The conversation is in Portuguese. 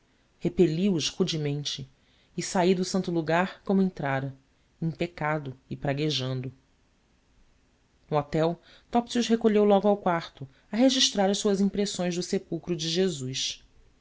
relíquias repeli os rudemente e saí do santo lugar como entrara em pecado e praguejando no hotel topsius recolheu logo ao quarto a registrar as suas impressões do sepulcro de jesus